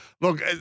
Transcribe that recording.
look